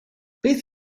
beth